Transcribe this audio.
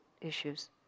issues